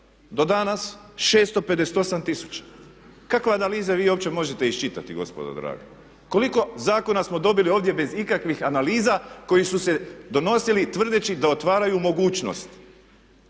Do danas 658000. Kakve analize vi uopće možete iščitati gospodo draga? Koliko zakona smo dobili ovdje bez ikakvih analiza koji su se donosili tvrdeći da otvaraju mogućnost